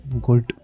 good